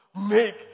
make